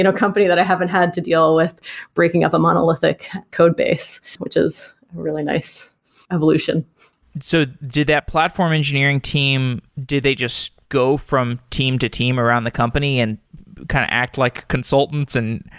you know company that i haven't had to deal with breaking up a monolithic codebase, which is really nice evolution so did that platform engineering team, did they just go from team to team around the company and kind of act like consultants? and